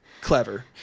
clever